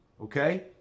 okay